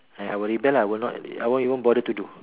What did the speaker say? I I will rebel lah I won't even bother to do